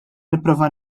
nipprova